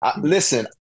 Listen